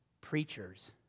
preachers